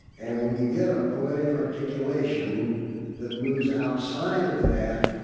and when you get a poetic articulation that moves outside of that,